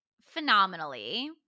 phenomenally